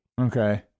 Okay